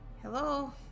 Hello